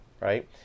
right